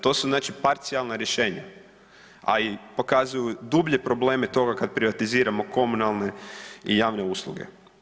To su znači parcijalna rješenja, a i pokazuju dublje probleme toga kad privatiziramo komunalne i javne usluge.